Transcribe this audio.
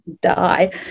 die